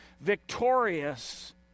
victorious